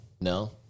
no